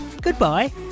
goodbye